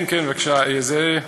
כן, כן.